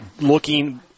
looking